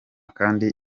kandi